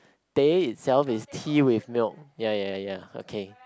teh itself is tea with milk ya ya ya okay